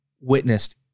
witnessed